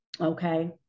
okay